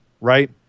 right